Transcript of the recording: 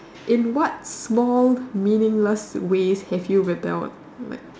in what small meaningless ways have you rebel like